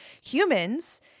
Humans